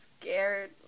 scared